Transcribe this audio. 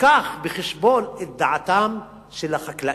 ייקח בחשבון את דעתם של החקלאים.